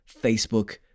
Facebook